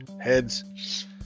heads